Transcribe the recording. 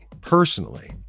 personally